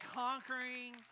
conquering